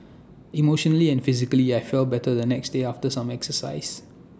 emotionally and physically I felt better the next day after some exercise